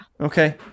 Okay